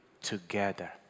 together